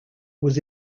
was